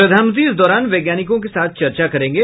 प्रधानमंत्री इस दौरान वैज्ञानिकों के साथ चर्चा करेंगे